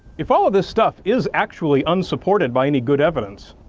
if all of this stuff is actually unsupported by any good evidence,